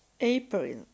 April